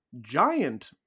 giant